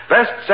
Best